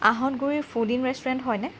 Ahatguri fooding restaurant হয়নে